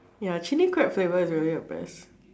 ya actually quite flavour is already oppressed